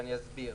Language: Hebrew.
ואסביר.